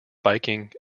biking